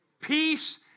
Peace